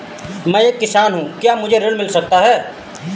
मैं एक किसान हूँ क्या मुझे ऋण मिल सकता है?